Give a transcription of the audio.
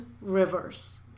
rivers